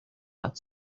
that